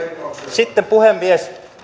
sitten puhemies